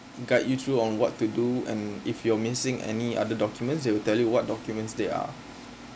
guide you through on what to do and if you're missing any other documents they will tell you what documents they are